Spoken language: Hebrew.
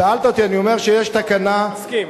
שאלת אותי, אני אומר שיש תקנה, מסכים.